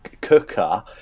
cooker